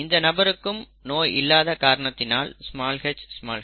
இந்த நபருக்கும் நோய் இல்லாத காரணத்தினால் hh